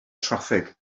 traffig